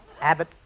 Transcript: Abbott